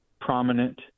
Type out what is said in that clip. prominent